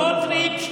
סמוטריץ',